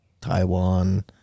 Taiwan